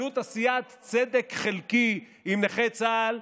עלות עשיית צדק חלקי עם נכי צה"ל,